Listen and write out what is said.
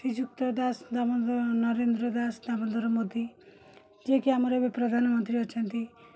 ଶ୍ରୀଯୁକ୍ତ ଦାସ ଦାମୋଦର ନରେନ୍ଦ୍ର ଦାସ ଦାମୋଦର ମୋଦି ଯିଏକି ଆମର ଏବେ ପ୍ରଧାନମନ୍ତ୍ରୀ ଅଛନ୍ତି